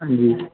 जी